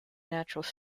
natural